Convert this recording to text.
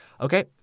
Okay